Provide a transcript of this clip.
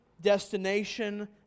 destination